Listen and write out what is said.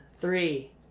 three